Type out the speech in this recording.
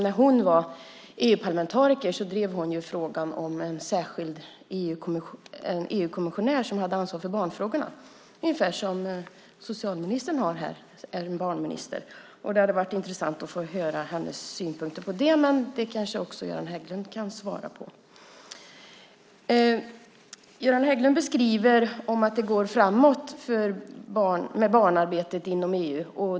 När hon var EU-parlamentariker drev hon frågan om en särskild EU-kommissionär som hade ansvar för barnfrågorna, ungefär som socialministern har här som barnminister. Det hade varit intressant att höra hennes synpunkter på det. Men det kanske Göran Hägglund kan svara på. Göran Hägglund säger att det går framåt med arbetet för barnen inom EU.